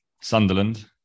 Sunderland